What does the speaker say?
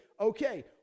okay